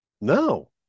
No